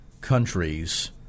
countries